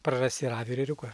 prarasi avį ir ėriuką